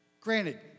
Granted